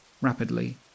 rapidly